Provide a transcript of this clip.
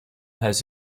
has